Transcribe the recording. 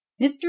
mr